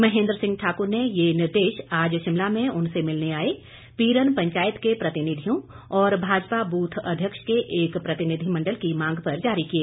महेन्द्र सिंह ठाकुर ने ये निर्देश आज शिमला में उनसे मिलने आए पीरन पंचायत के प्रतिनिधियों और भाजपा बूथ अध्यक्ष के एक प्रतिनिधिमंडल की मांग पर जारी किए